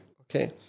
okay